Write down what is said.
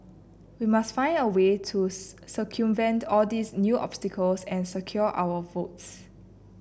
we must find a way to circumvent all these new obstacles and secure our votes